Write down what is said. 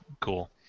cool